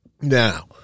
Now